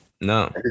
No